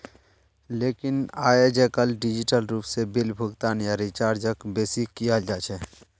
लेकिन आयेजकल डिजिटल रूप से बिल भुगतान या रीचार्जक बेसि कियाल जा छे